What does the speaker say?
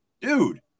dude